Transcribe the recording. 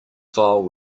file